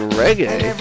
reggae